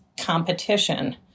competition